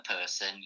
person